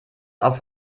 auf